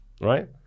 Right